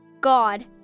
God